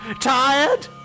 Tired